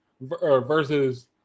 versus